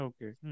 Okay